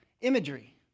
imagery